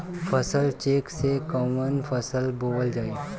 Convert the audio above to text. फसल चेकं से कवन फसल बोवल जाई?